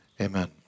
Amen